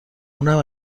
اونم